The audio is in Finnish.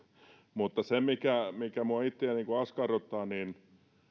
mutta se mikä mikä minua itseäni askarruttaa on